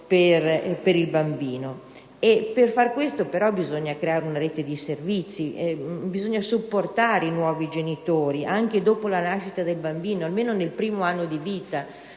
Per fare ciò occorre però creare una rete di servizi, bisogna supportare i nuovi genitori anche dopo la nascita del bambino, almeno nel primo anno di vita,